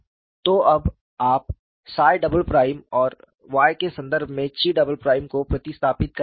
तो अब आप 𝜳″ और Y के संदर्भ में 𝛘″ को प्रतिस्थापित कर सकते हैं